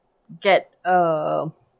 get a